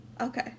Okay